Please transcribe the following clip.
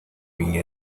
ring